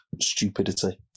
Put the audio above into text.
stupidity